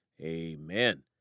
amen